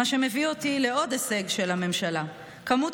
מה שמביא אותי לעוד הישג של הממשלה: כמות